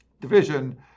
division